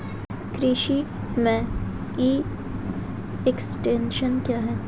कृषि में e extension क्या है?